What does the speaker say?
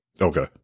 Okay